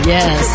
Yes